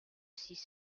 six